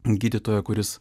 gydytojo kuris